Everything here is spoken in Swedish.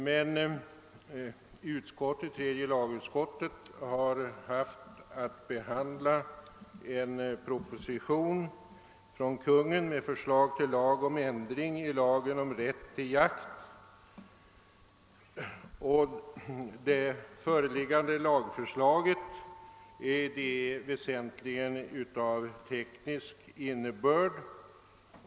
Men här har tredje lagutskottet haft att behandla en proposition med förslag om ändring i lagen om rätt till jakt, och det lagförslaget är väsentligen av teknisk innebörd.